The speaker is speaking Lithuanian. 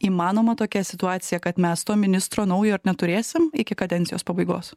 įmanoma tokia situacija kad mes to ministro naujo ir neturėsim iki kadencijos pabaigos